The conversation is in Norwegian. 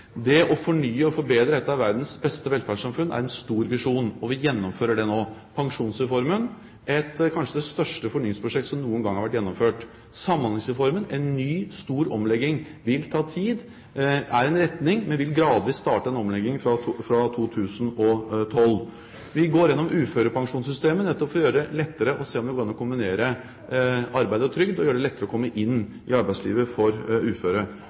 Det å fornye og forbedre ett av verdens beste velferdssamfunn er en stor visjon, og vi gjennomfører det nå. Pensjonsreformen – kanskje det største fornyingsprosjektet som noen gang har vært gjennomført. Samhandlingsreformen – en ny, stor omlegging. Det vil ta tid og er en retning, men vi vil gradvis starte en omlegging fra 2012. Vi går gjennom uførepensjonssystemet nettopp for å se på om det går an å gjøre det lettere å kombinere arbeid og trygd, og å gjøre det lettere å komme inn i arbeidslivet for uføre.